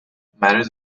matters